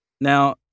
Now